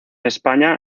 españa